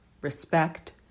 respect